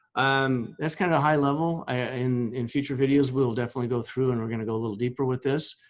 um that's kind of a high level in in future videos. we'll definitely go through and we're going to go a little deeper with this.